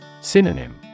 Synonym